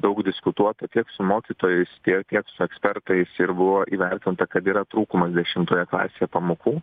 daug diskutuota tiek su mokytojais tiek su ekspertais ir buvo įvertinta kad yra trūkumas dešimtoje klasėje pamokų